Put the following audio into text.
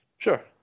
Sure